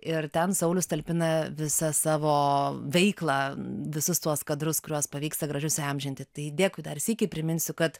ir ten saulius talpina visą savo veiklą visus tuos kadrus kuriuos pavyksta gražius įamžinti tai dėkui dar sykį priminsiu kad